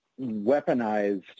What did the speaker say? weaponized